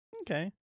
Okay